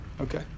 Okay